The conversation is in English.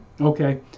Okay